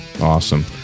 awesome